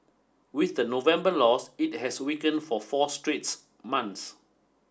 with the November loss it has weakened for four straight months